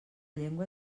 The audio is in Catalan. llengua